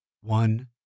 one